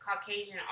Caucasian